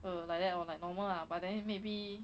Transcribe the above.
so like that lor like normal lah but then maybe